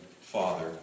Father